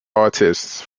artists